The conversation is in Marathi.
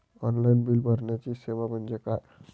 ऑनलाईन बिल भरण्याची सेवा म्हणजे काय?